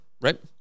right